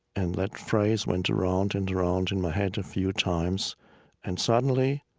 and that phrase went around and around in my head a few times and suddenly,